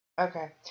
okay